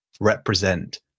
represent